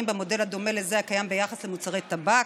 במודל הדומה לזה הקיים ביחס למוצרי טבק,